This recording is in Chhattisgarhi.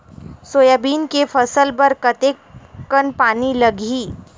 सोयाबीन के फसल बर कतेक कन पानी लगही?